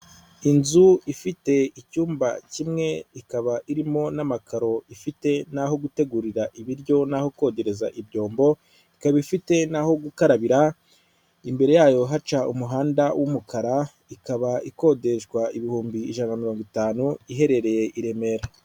Inzu ifite icyumba kimwe ikaba irimo n'amakaro ifite n'aho gutegurira ibiryo, n'aho kogereza ibyombo, ikaba ifite naho gukarabira, imbere yayo haca umuhanda w'umukara, ikaba ikodeshwa ibihumbi ijana mirongo itanu iherereye i Remera.